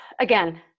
again